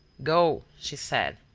go, she said.